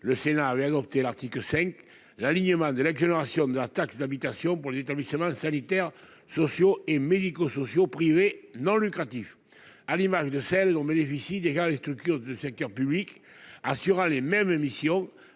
le Sénat avait adopté l'article 5 l'alignement de l'exonération de la taxe d'habitation pour les établissements sanitaires, sociaux et médico-sociaux privés non lucratifs, à l'image de celle dont bénéficient déjà les structures du secteur public assurera les mêmes émissions